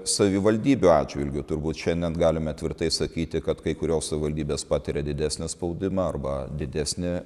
savivaldybių atžvilgiu turbūt šiandien galime tvirtai sakyti kad kai kurios savivaldybės patiria didesnį spaudimą arba didesnį